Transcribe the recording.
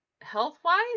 health-wise